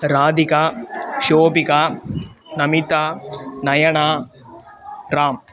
राधिका शोभिका नमिता नयना रामः